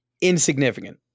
insignificant